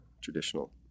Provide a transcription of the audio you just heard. traditional